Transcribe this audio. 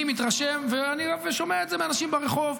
אני מתרשם ואני שומע את זה מאנשים ברחוב.